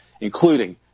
including